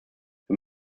wir